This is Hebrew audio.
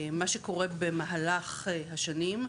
מה שקורה במהלך השנים,